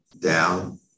down